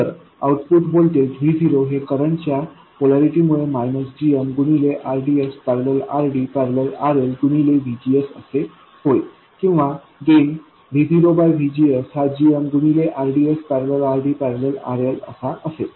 तर output voltage V0हे current च्या पोलॅरिटी मुळे मायनस gm गुणिले RDSपॅरलल RD पॅरलल RL गुणिले VGSअसे होईल किंवा गेन V0VGS हा gm गुणिले RDSपॅरलल RD पॅरलल RL असा असेल